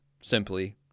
simply